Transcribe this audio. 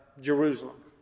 Jerusalem